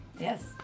Yes